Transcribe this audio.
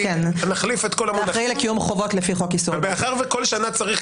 מאחר שכל שנה צריך,